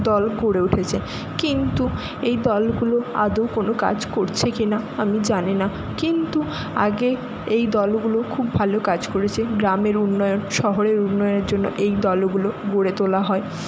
দল গড়ে উঠেছে কিন্তু এই দলগুলো আদৌ কোনো কাজ করছে কি না আমি জানি না কিন্তু আগে এই দলগুলো খুব ভালো কাজ করেছে গ্রামের উন্নয়ন শহরের উন্নয়নের জন্য এই দলগুলো গড়ে তোলা হয়